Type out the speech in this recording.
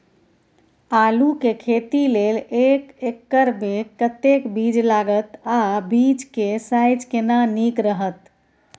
आलू के खेती लेल एक एकर मे कतेक बीज लागत आ बीज के साइज केना नीक रहत?